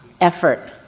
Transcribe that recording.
effort